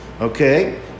Okay